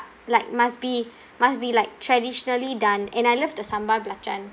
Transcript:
like must be must be like traditionally done and I love the sambal belacan